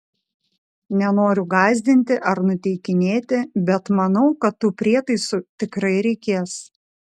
nenoriu gąsdinti ar nuteikinėti bet manau kad tų prietaisų tikrai reikės